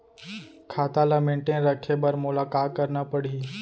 खाता ल मेनटेन रखे बर मोला का करना पड़ही?